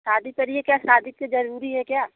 शादी करिए क्या शादी इत्ते ज़रूरी है क्या